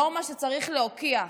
נורמה שצריך להוקיע.